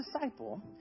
disciple